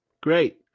great